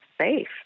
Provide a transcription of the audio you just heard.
safe